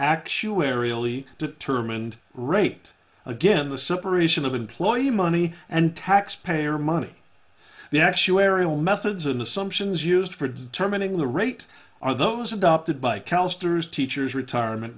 actuarially determined rate again the separation of employee money and taxpayer money the actuarial methods and assumptions used for determining the rate are those adopted by calloused or is teachers retirement